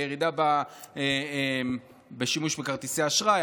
לירידה בשימוש בכרטיסי אשראי,